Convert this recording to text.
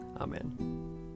Amen